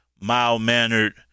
mild-mannered